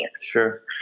Sure